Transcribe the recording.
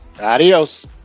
Adios